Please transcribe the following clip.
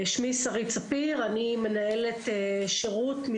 במסגרות של